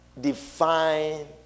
define